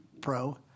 pro